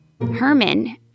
Herman